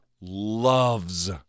loves